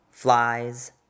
Flies